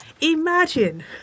Imagine